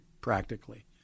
practically